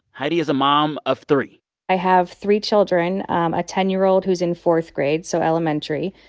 heidi is a mom of three i have three children a ten year old who's in fourth grade, so elementary.